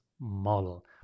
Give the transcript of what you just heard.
model